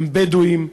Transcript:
הם בדואים,